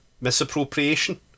misappropriation